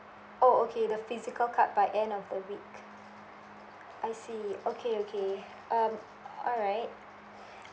oh okay the physical card by end of the week I see okay okay um alright